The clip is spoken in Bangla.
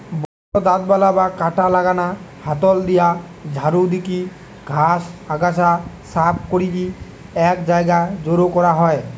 বড় দাঁতবালা বা কাঁটা লাগানা হাতল দিয়া ঝাড়ু দিকি ঘাস, আগাছা সাফ করিকি এক জায়গায় জড়ো করা হয়